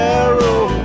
arrow